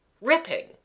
Ripping